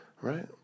Right